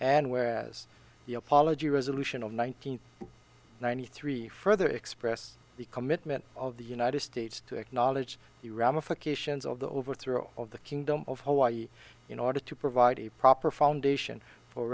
and whereas the apology resolution of one nine hundred ninety three further express the commitment of the united states to acknowledge the ramifications of the overthrow of the kingdom of hawaii in order to provide a proper foundation for